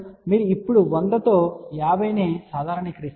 మీరు ఇప్పుడు 100 తో 50 ని సాధారణీకరిస్తారు